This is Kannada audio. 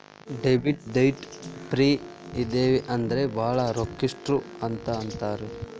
ಡೆಬಿಟ್ ಡೈಟ್ ಫ್ರೇ ಇದಿವಿ ಅಂದ್ರ ಭಾಳ್ ರೊಕ್ಕಿಷ್ಟ್ರು ಅಂತ್ ಅಂತಾರ